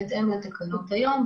בהתאם לתקנות היום,